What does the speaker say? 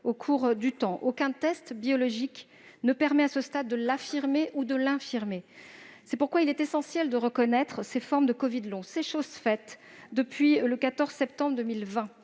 au cours du temps. Aucun test biologique ne permet, à ce stade de l'affirmer ou de l'infirmer. C'est pourquoi il est essentiel de reconnaître ces formes de covid long. C'est chose faite depuis le 14 septembre 2020.